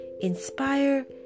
inspire